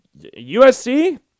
USC